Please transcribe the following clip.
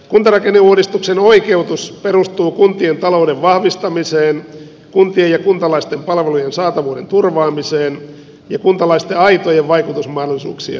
kuntarakenneuudistuksen oikeutus perustuu kuntien talouden vahvistamiseen kuntien ja kuntalaisten palvelujen saatavuuden turvaamiseen ja kuntalaisten aitojen vaikutusmahdollisuuksien lisäämiseen